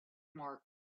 mark